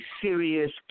serious